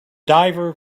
diver